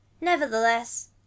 nevertheless